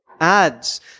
ads